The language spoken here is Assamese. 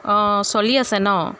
অঁ চলি আছে ন